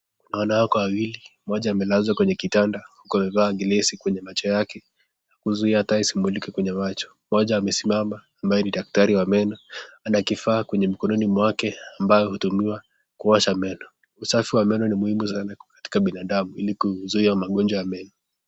Wanawake wawili mmoja amelazwa kwenye kitanda huku amevaa glasi kwenye macho yake kuzuia taa isimulike kwenye macho, moja amesimama ambaye ni daktari wa meno, ana kifaa kwenye mkononi mwake ambao hutumiwa kuosha meno, usafi wa meno ni muhimu sana katika binadamu ili kuzuia ugonjwa wa meno.